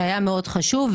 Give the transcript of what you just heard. שהיה מאוד חשוב.